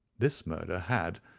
this murder had,